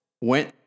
went